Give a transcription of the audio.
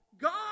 God